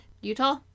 Utah